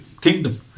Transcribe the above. kingdom